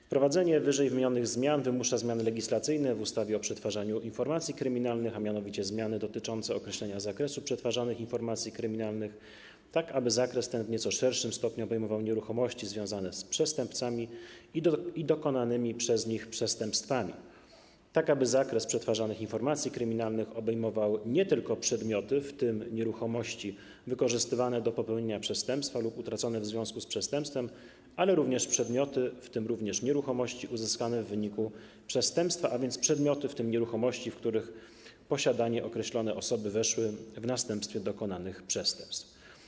Wprowadzenie ww. zmian wymusza zmiany legislacyjne w ustawie o przetwarzaniu informacji kryminalnych, a mianowicie zmiany dotyczące określenia zakresu przetwarzanych informacji kryminalnych, tak aby zakres ten w nieco szerszym stopniu obejmował nieruchomości związane z przestępcami i dokonanymi przez nich przestępstwami, tak aby zakres przetwarzanych informacji kryminalnych obejmował nie tylko przedmioty, w tym nieruchomości, wykorzystywane do popełnienia przestępstwa lub utracone w związku z przestępstwem, ale również przedmioty, w tym również nieruchomości, uzyskane w wyniku przestępstwa, a więc przedmioty, w tym nieruchomości, w których posiadanie określone osoby weszły w następstwie dokonanych przestępstw.